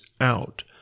out